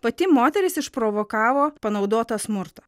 pati moteris išprovokavo panaudotą smurtą